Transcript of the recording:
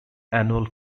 annual